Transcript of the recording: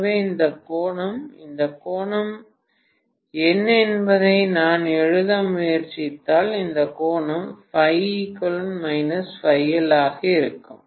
எனவே இந்த கோணம் இந்த கோணம் என்ன என்பதை நான் எழுத முயற்சித்தால் இந்த கோணம் ஆக இருக்கும்